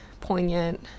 poignant